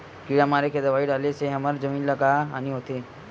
किड़ा मारे के दवाई डाले से हमर जमीन ल का हानि होथे?